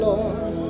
Lord